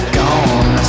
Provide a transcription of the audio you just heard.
gone